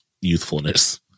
youthfulness